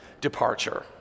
departure